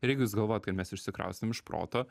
ir jeigu jūs galvojat kad mes išsikraustėm iš proto